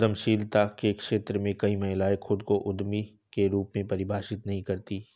उद्यमशीलता के क्षेत्र में कई महिलाएं खुद को उद्यमी के रूप में परिभाषित नहीं करती